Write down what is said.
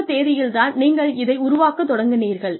இந்த தேதியில் தான் நீங்கள் இதை உருவாக்க தொடங்குனீர்கள்